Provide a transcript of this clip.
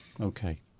okay